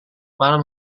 malam